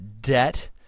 debt